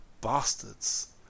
bastards